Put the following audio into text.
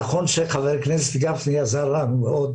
נכון שחבר הכנסת גפני עזר לנו מאוד